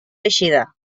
eixida